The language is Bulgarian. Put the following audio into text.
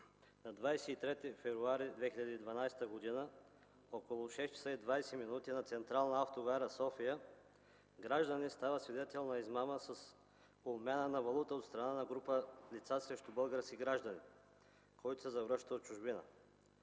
на 23 февруари 2012 г. около 6,20 ч. на Централна автогара – София, гражданин става свидетел на измама с обмяна на валута от страна на група лица срещу български гражданин, който се завръща от чужбина.